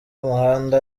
umuhanda